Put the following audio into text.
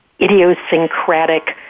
idiosyncratic